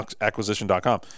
acquisition.com